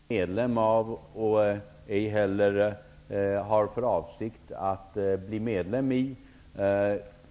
Fru talman! Jag var inte medveten om att jag skulle delta i en debatt kring en organisation som Sverige icke är medlem i och ej heller har för avsikt att bli medlem i.